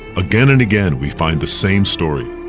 again and again we find the same story,